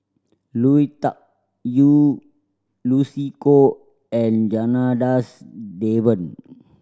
Lui Tuck Yew Lucy Koh and Janadas Devan